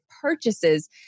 purchases